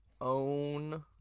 own